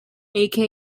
aka